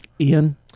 Ian